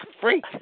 freak